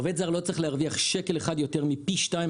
עובד זר לא צריך להרוויח שקל אחד יותר מפי שניים